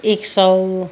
एक सय